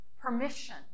permission